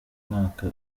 mwaka